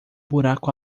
buraco